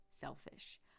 selfish